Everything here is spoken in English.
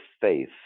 faith